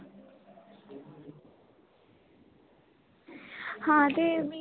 हां ते में